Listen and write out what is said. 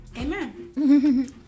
Amen